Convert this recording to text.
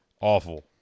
Awful